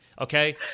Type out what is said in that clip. okay